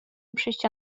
przyjścia